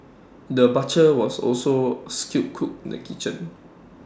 the butcher was also A skilled cook in the kitchen